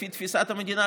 לפי תפיסת המדינה,